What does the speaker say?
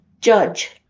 judge